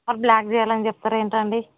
మరి బ్లాక్ చెయ్యాలని చెప్తారు ఏంటండీ